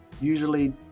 usually